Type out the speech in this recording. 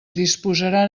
disposaran